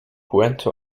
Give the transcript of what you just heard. puente